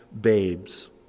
babes